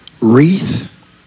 wreath